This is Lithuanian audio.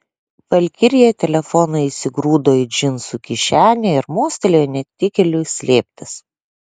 valkirija telefoną įsigrūdo į džinsų kišenę ir mostelėjo netikėliui slėptis